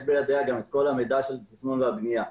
יש בידי את כל המידע של התכנון והבנייה.